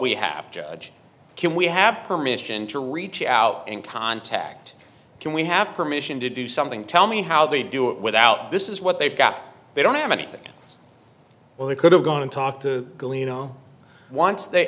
we have judge can we have permission to reach out and contact can we have permission to do something tell me how they do it without this is what they've got they don't have anything well they could have gone and talk to you know once they